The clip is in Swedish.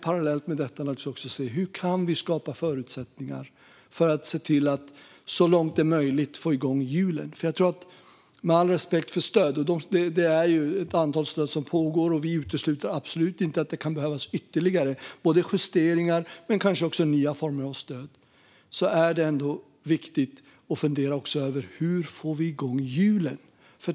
Parallellt med detta ska vi naturligtvis också se hur vi kan skapa förutsättningar för att så långt det är möjligt få igång hjulen. Jag har all respekt för stöd - det finns ett antal pågående stöd, och vi utesluter absolut inte att det kan behövas ytterligare justeringar och kanske även nya former av stöd. Men det är viktigt att också fundera över hur vi får igång hjulen.